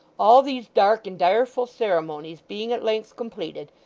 all these dark and direful ceremonies being at length completed,